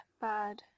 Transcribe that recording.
bad